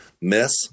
miss